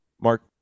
Mark